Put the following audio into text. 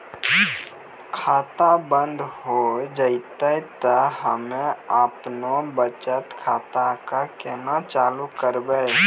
खाता बंद हो जैतै तऽ हम्मे आपनौ बचत खाता कऽ केना चालू करवै?